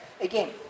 again